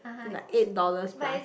like eight dollars plus